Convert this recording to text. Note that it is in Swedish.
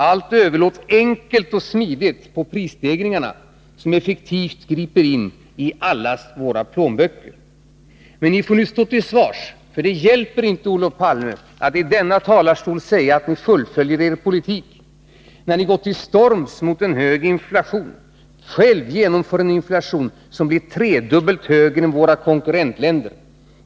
Allt överlåts enkelt och smidigt på prisstegringarna, som effektivt griper in i allas våra plånböcker. Men nu får ni stå till svars, för det hjälper inte, Olof Palme, att i denna talarstol säga att ni fullföljer er politik, när ni trots att ni gått till storms mot en hög inflation själva genomför en inflation som blir tredubbelt högre än våra konkurrentländers.